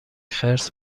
خرس